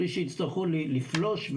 בלי שיצטרכו לפלוש,